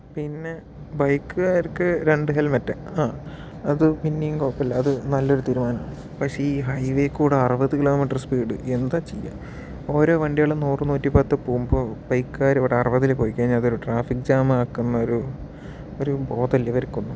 പിന്നെ ബൈക്കുകാർക്ക് രണ്ട് ഹെൽമെറ്റ് ആ അത് പിന്നേം കുഴപ്പില്ല അത് നല്ലൊരു തീരുമാനമാണ് പക്ഷേ ഈ ഹൈ വേ കൂടെ അറുപതു കിലോ മീറ്റർ സ്പീഡ് എന്താ ചെയ്യുക ഓരോ വണ്ടികൾ നൂറ് നൂറ്റിപ്പത്ത് പോവുമ്പോൾ ബൈക്കുകാർ ഇവിടെ അറുപതിൽ പോയിക്കഴിഞ്ഞാൽ അതൊരു ട്രാഫിക് ജാം ആക്കുന്ന ഒരു ഒരു ബോധമില്ലേ ഇവർക്കൊന്നും